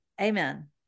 Amen